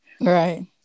right